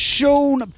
Sean